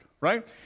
right